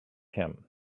him